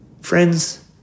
Friends